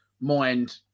mind